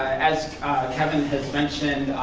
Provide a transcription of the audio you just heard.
as kevin has mentioned,